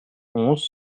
onze